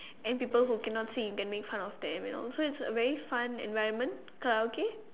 and people who cannot sing can make fun of them you know so it's a very fun environment Karaoke